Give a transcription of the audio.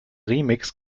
remix